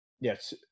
yes